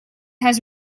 has